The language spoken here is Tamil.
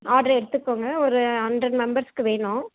ஆட்ரு எடுத்துக்கோங்க ஒரு ஹண்ட்ரட் மெம்பர்ஸுக்கு வேணும்